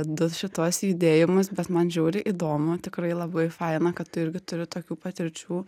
du šituos judėjimus bet man žiauriai įdomu tikrai labai faina kad tu irgi turi tokių patirčių